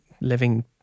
living